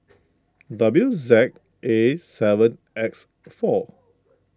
W Z A seven X four